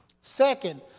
Second